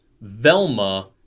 Velma